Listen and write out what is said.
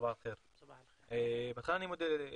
אני מודה,